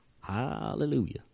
Hallelujah